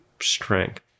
strength